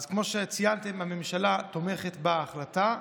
כמו שציינתם הממשלה תומכת בהחלטה.